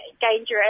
dangerous